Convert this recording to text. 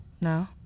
No